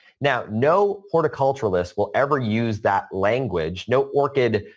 now, no horticulturalists will ever use that language. no orchid